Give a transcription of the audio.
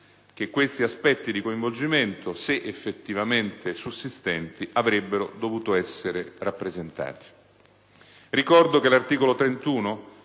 che questi aspetti di coinvolgimento - se effettivamente sussistenti - avrebbero dovuto essere rappresentati. Ricordo che l'articolo 31,